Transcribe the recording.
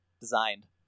designed